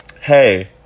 hey